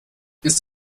ist